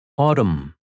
Autumn